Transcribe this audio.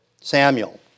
Samuel